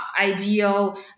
ideal